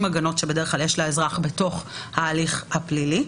הגנות שבדרך כלל כן יש לאזרח בתוך ההליך הפלילי.